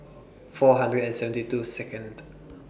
four hundred and seventy two Second